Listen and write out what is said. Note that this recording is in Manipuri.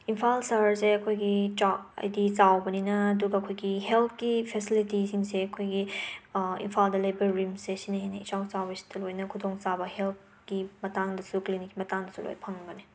ꯏꯝꯐꯥꯜ ꯁꯍꯔꯁꯦ ꯑꯩꯈꯣꯏꯒꯤ ꯆꯥ ꯍꯥꯏꯗꯤ ꯆꯥꯎꯕꯅꯤꯅ ꯑꯗꯨꯒ ꯑꯩꯈꯣꯏꯒꯤ ꯍꯦꯜꯠꯀꯤ ꯐꯦꯁꯤꯂꯤꯇꯤꯁꯤꯡꯁꯦ ꯑꯩꯈꯣꯏꯒꯤ ꯏꯝꯐꯥꯜꯗ ꯂꯩꯕ ꯔꯤꯝꯁꯁꯦ ꯁꯤꯅ ꯍꯦꯟꯅ ꯏꯆꯥꯎ ꯆꯥꯎꯋꯦ ꯁꯤꯗ ꯂꯣꯏꯅ ꯈꯨꯗꯣꯡꯆꯥꯕ ꯍꯦꯜꯠꯀꯤ ꯃꯇꯥꯡꯗꯁꯨ ꯀ꯭ꯂꯅꯤꯛꯀꯤ ꯃꯇꯥꯡꯗꯁꯨ ꯂꯣꯏꯅ ꯐꯪꯒꯅꯤ